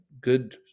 good